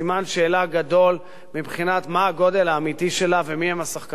שאלה גדול מבחינת מהו הגודל האמיתי ומיהם השחקנים בתוכה,